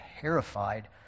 terrified